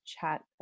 chat